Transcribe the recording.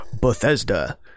Bethesda